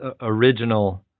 original